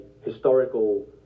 historical